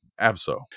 ABSO